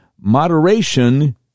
moderation